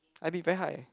I be very hard eh